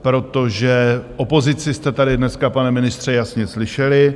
Protože opozici jste tady dneska, pane ministře, jasně slyšeli.